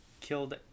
killed